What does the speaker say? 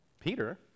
Peter